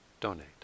donate